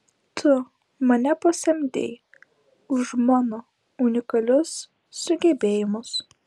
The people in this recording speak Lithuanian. tu mane pasamdei už mano unikalius sugebėjimus